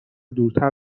دورتر